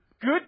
good